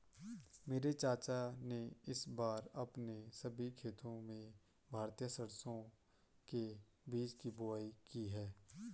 मेरे चाचा ने इस बार अपने सभी खेतों में भारतीय सरसों के बीज की बुवाई की है